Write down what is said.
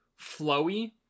flowy